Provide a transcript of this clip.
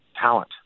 talent